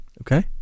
Okay